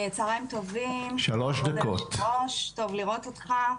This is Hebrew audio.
צוהריים טובים, אדוני היושב-ראש, טוב לראות אותך.